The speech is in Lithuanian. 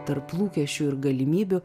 tarp lūkesčių ir galimybių